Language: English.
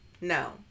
No